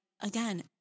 again